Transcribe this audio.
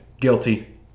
guilty